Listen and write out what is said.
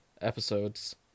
episodes